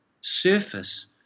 surface